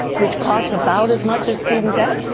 which costs about as much as student debt,